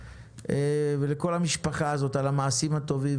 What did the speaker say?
לכל המשפחה הזאת על המעשים הטובים,